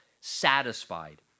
satisfied